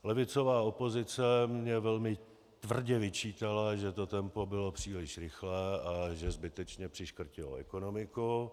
Levicová opozice mně velmi tvrdě vyčítala, že to tempo bylo příliš rychlé a že zbytečně přiškrtilo ekonomiku.